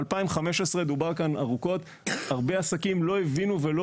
ב-2015 דובר כאן ארוכות והרבה עסקים לא הבינו ולא